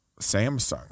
Samsung